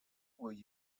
will